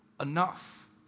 enough